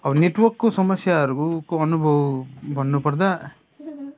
अब नेटवर्कको समस्याहरूको अनुभव भन्नु पर्दा